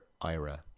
ira